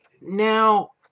Now